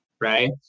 right